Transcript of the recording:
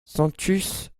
sanctus